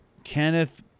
Kenneth